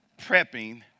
prepping